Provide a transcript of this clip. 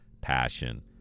passion